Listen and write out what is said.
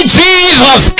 jesus